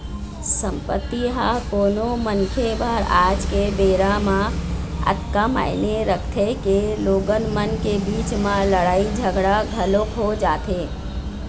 संपत्ति ह कोनो मनखे बर आज के बेरा म अतका मायने रखथे के लोगन मन के बीच म लड़ाई झगड़ा घलोक हो जाथे